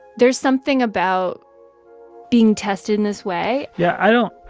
there's something about being tested in this way yeah, i don't i